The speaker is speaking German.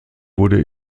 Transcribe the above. wurde